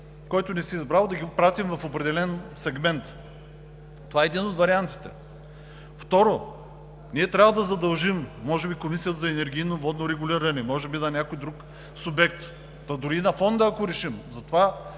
който не си е избрал, да пратим в определен сегмент. Това е един от вариантите. Второ, ние трябва да задължим – може би Комисията за енергийно и водно регулиране, може би някой друг субект, та дори и Фонда, ако решим,